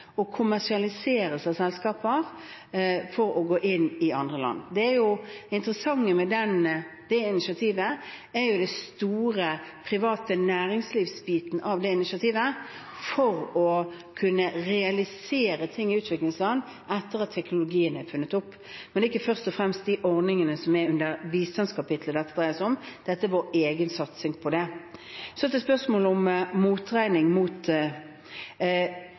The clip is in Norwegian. kommersialiseres av selskaper på å gå inn i andre land. Det interessante med det initiativet er den store private næringslivsbiten av det initiativet for å kunne realisere ting i utviklingsland etter at teknologien er funnet opp. Men det er ikke først og fremst ordningene under bistandskapitlet dette dreier seg om; dette er vår egen satsing på det. Så til spørsmålet om motregning: